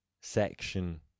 section